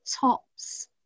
tops